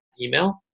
email